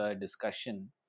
discussion